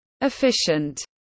Efficient